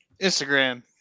Instagram